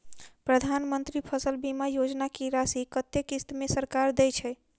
प्रधानमंत्री फसल बीमा योजना की राशि कत्ते किस्त मे सरकार देय छै?